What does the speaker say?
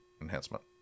enhancement